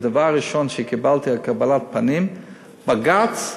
הדבר הראשון שקיבלתי כקבלת פנים הוא בג"ץ: